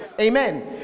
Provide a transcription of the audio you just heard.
Amen